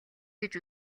гэж